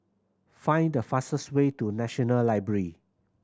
find the fastest way to National Library